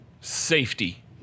safety